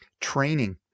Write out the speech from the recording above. training